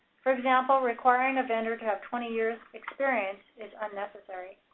for example, requiring a vendor to have twenty years experience is unnecessary.